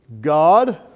God